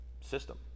system